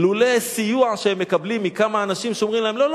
לולא הסיוע שהם מקבלים מכמה אנשים שאומרים: לא,